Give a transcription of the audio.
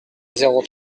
zéro